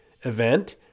event